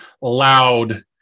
loud